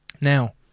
Now